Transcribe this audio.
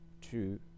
two